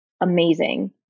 amazing